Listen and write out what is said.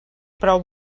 prou